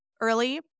early